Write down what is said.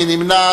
מי נמנע?